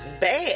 Bad